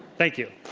thank you.